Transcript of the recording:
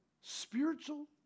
spiritual